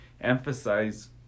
emphasize